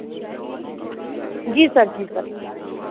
जी sir जी sir